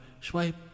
swipe